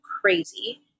crazy